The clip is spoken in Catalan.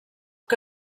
que